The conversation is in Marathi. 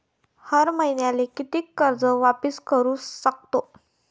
हर मईन्याले कितीक कर्ज वापिस करू सकतो?